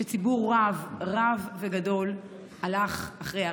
שציבור רב וגדול הלך אחרי הרב.